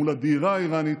מול הדהירה האיראנית.